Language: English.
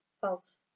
False